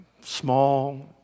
small